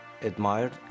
Admired